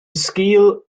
sgil